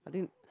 I tihnk